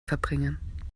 verbringen